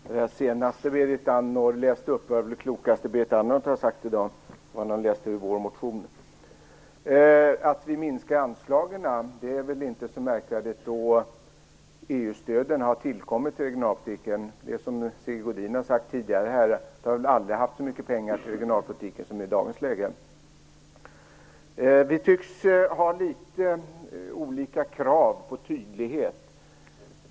Fru talman! Det senaste som Berit Andnor läste upp ur vår motion var väl det klokaste hon har sagt i dag. Att vi minskar anslagen är väl inte så märkvärdigt. EU-stöden har ju tillkommit i regionalpolitiken. Som Sigge Godin har sagt tidigare har vi väl aldrig haft så mycket pengar till regionalpolitiken som i dagens läge. Vi tycks ha litet olika krav på tydlighet.